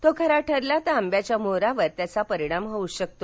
तो खरा ठरला तर आंब्याच्या मोहरावर त्याचा परिणाम होऊ शकतो